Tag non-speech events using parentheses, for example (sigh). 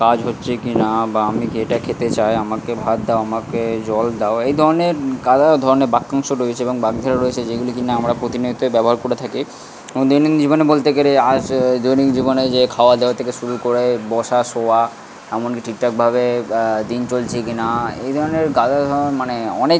কাজ হচ্ছে কিনা বা আমি কী এটা খেতে চাই আমাকে ভাত দাও আমাকে জল দাও এই ধরনের গাদা ধরনের বাক্যাংশ রয়েছে এবং বাগধারা রয়েছে যেগুলি কিনা আমরা প্রতিনিয়তই ব্যবহার করে থাকি (unintelligible) জীবনে বলতে গেলে (unintelligible) দৈনিক জীবনে যে খাওয়াদাওয়া থেকে শুরু করে বসার শোওয়া এমনকি ঠিকঠাকভাবে দিন চলছে কিনা এই ধরনের গাদা ধরন মানে অনেক